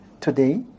today